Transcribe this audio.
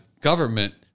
Government